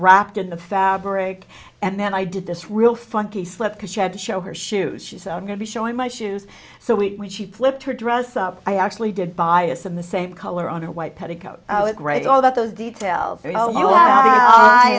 wrapped in the fabric and then i did this real funky slip because she had to show her shoes she's going to show in my shoes so wait when she flipped her dress up i actually did bias in the same color on a white petticoat great all that those details